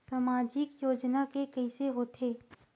सामाजिक योजना के कइसे होथे?